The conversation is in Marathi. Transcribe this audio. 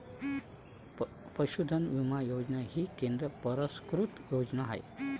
पशुधन विमा योजना ही केंद्र पुरस्कृत योजना आहे